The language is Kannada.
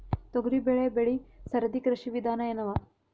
ತೊಗರಿಬೇಳೆ ಬೆಳಿ ಸರದಿ ಕೃಷಿ ವಿಧಾನ ಎನವ?